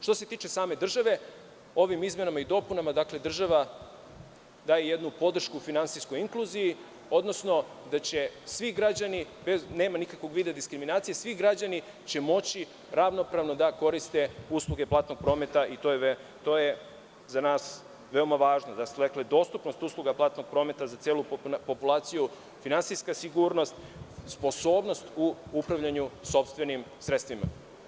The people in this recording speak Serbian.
Što se tiče same države ovim izmenama i dopunama država daje jednu podršku finansijskog inkluziji, odnosno da će svi građani, nema nikakvog vida diskriminacije, svi građani će moći ravnopravno da koriste usluge platnog prometa i to je za nas veoma važno, da ste rekli dostupnost usluga platnog prometa za celu populaciju, finansijska sigurnost, sposobnost u upravljanju sopstvenim sredstvima.